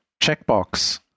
checkbox